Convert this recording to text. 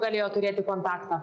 galėjo turėti kontaktą